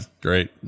Great